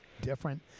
different